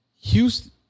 Houston